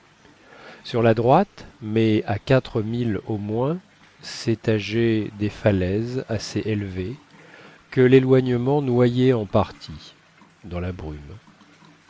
sur la droite mais à quatre milles au moins s'étageaient des falaises assez élevées que l'éloignement noyait en partie dans la brume